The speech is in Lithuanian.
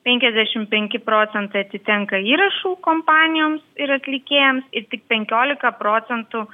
penkiasdešimt penki procentai atitenka įrašų kompanijoms ir atlikėjams ir tik penkiolika procentų